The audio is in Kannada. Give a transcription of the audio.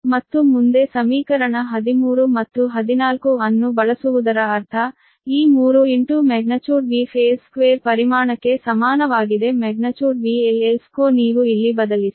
ಮತ್ತು ಮುಂದೆ ಸಮೀಕರಣ 13 ಮತ್ತು 14 ಅನ್ನು ಬಳಸುವುದರ ಅರ್ಥ ಈ 3 Vphase2ಪರಿಮಾಣಕ್ಕೆ ಸಮಾನವಾಗಿದೆ VL L2ನೀವು ಇಲ್ಲಿ ಬದಲಿಸಿ